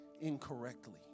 incorrectly